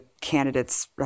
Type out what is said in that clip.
candidates